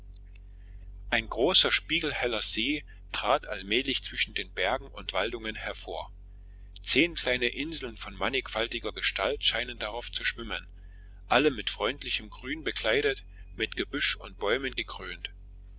ein großer spiegelheller see trat allmählich zwischen bergen und waldungen hervor zehn kleine inseln von mannigfaltiger gestalt scheinen darauf zu schwimmen alle mit freundlichem grün bekleidet mit gebüsch und bäumen gekrönt